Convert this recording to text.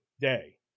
Day